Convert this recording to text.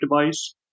device